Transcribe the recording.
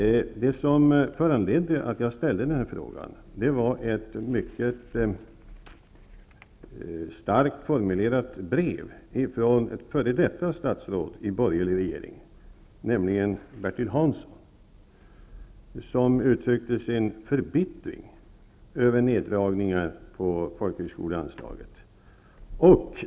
Det som föranledde att jag ställde frågan var ett mycket skarpt formulerat brev från ett f.d. statsråd i en borgerlig regering, nämligen Bertil Hansson, som uttryckte sin förbittring över neddragningar av folkhögskoleanslaget.